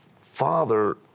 father